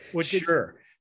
Sure